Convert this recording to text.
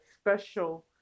special